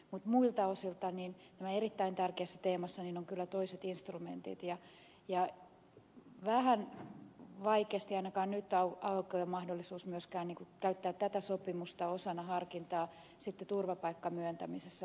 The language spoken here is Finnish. mutta muilta osilta tässä erittäin tärkeässä teemassa on kyllä toiset instrumentit ja vähän vaikeasti ainakin nyt aukeaa mahdollisuus myös käyttää tätä sopimusta osana harkintaa turvapaikan myöntämisessä